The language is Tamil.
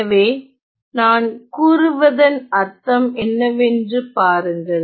எனவே நான் கூறுவதன் அர்த்தம் என்னவென்று பாருங்கள்